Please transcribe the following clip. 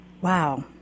Wow